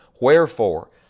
Wherefore